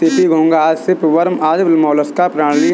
CP, घोंगा और shrimp worm आदि मौलास्क प्राणी हैं